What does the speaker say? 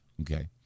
okay